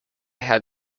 had